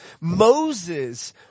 Moses